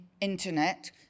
internet